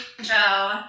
Joe